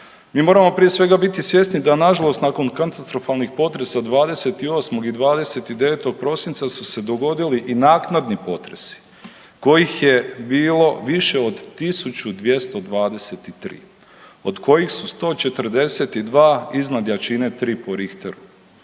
Mi moramo prije svega biti svjesni da nažalost nakon katastrofalnih potresa 28. i 29. prosinca su se dogodili i naknadni potresi kojih je bilo više od 1223 od kojih su 142 iznad jačine 3 po Richteru.